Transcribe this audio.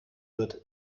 wird